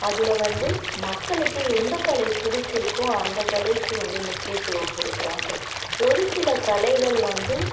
அதில் வந்து மக்களுக்கு எந்த கலை பிடிச்சுருக்கோ அந்த கலைக்கு வந்து முக்கியத்துவம் கொடுக்குறாங்க ஒரு சில கலைகள் வந்து